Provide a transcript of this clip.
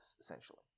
essentially